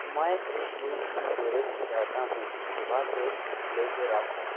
میں ایک دِن کی کوریج چاہتا ہوں صُبح سے لے کے رات تک